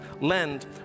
Lend